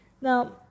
Now